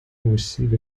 receive